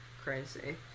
crazy